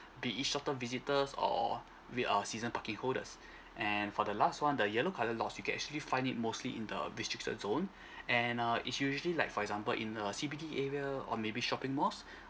bit it short term visitors or with a season parking holders and for the last one the yellow colour lots you can actually find it mostly in the restricted zone and err if you usually like for example in a C_B_D area or maybe shopping malls